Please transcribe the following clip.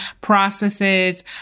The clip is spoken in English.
processes